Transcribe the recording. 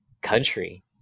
country